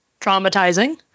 traumatizing